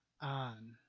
on